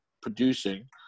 producing